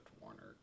Warner